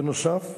בנוסף,